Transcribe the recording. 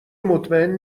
مطمئن